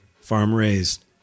farm-raised